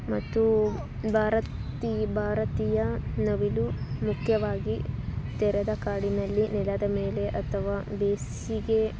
ಮತ್ತು ಭಾರತಿ ಭಾರತೀಯ ನವಿಲು ಮುಖ್ಯವಾಗಿ ತೆರೆದ ಕಾಡಿನಲ್ಲಿ ನೆಲದ ಮೇಲೆ ಅಥವಾ ಬೇಸಿಗೆ